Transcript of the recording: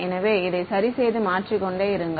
எனவே இதை சரி செய்து மாற்றிக் கொண்டே இருங்கள்